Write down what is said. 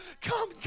come